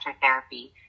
therapy